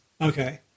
Okay